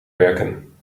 werken